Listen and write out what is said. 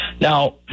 Now